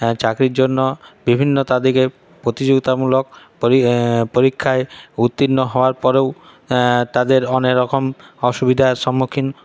চাকরির জন্য বিভিন্ন তাদিগের প্রতিযোগিতামূলক পরী পরীক্ষায় উত্তীর্ণ হওয়ার পরেও তাদের অনেক রকম অসুবিধার সম্মুখীন